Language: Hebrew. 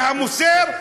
מהמוסר,